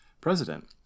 president